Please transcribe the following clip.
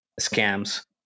scams